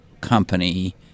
company